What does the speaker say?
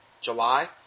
July